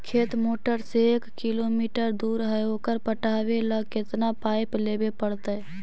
खेत मोटर से एक किलोमीटर दूर है ओकर पटाबे ल केतना पाइप लेबे पड़तै?